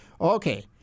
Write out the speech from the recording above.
Okay